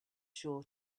sure